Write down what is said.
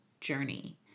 journey